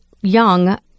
young